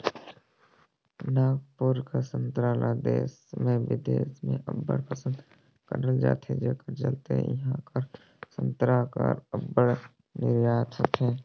नागपुर कर संतरा ल देस में बिदेस में अब्बड़ पसंद करल जाथे जेकर चलते इहां कर संतरा कर अब्बड़ निरयात होथे